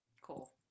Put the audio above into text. cool